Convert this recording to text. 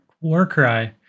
Warcry